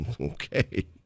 Okay